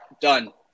Done